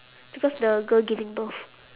because the girl giving birth